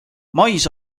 mais